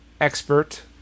expert